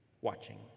watching